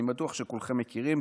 אני בטוח שכולכם מכירים,